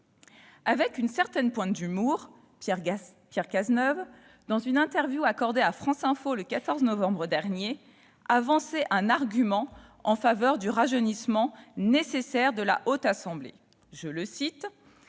Avec une certaine pointe d'humour, Pierre Cazeneuve, dans une interview accordée à le 14 novembre dernier, avançait un argument en faveur du rajeunissement nécessaire de la Haute Assemblée :«